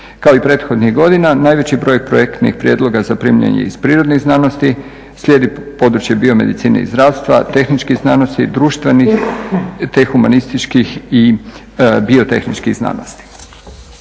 Kao i prethodnih godina, najveći broj projektnih prijedloga zaprimljen je iz prirodnih znanosti, slijedi područje biomedicine i zdravstva, tehničkih znanosti, društvenih te humanističkih i biotehničkih znanosti.